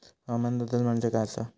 हवामान बदल म्हणजे काय आसा?